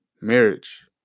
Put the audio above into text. marriage